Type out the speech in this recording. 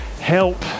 help